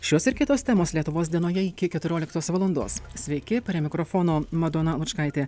šios ir kitos temos lietuvos dienoje iki keturioliktos valandos sveiki prie mikrofono madona lučkaitė